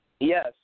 Yes